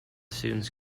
students